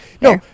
No